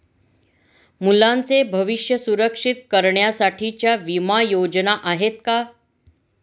मुलांचे भविष्य सुरक्षित करण्यासाठीच्या विमा योजना आहेत का?